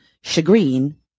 chagrin